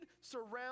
surround